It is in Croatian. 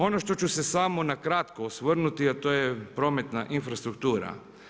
Ono što ću se samo na kratko osvrnuti, a to je prometna infrastruktura.